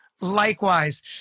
Likewise